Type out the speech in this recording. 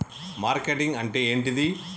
Marketing అంటే ఏంటిది?